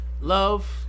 Love